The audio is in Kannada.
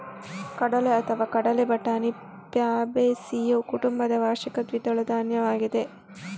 ಕಡಲೆಅಥವಾ ಕಡಲೆ ಬಟಾಣಿ ಫ್ಯಾಬೇಸಿಯೇ ಕುಟುಂಬದ ವಾರ್ಷಿಕ ದ್ವಿದಳ ಧಾನ್ಯವಾಗಿದೆ